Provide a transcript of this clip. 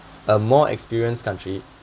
a more experienced country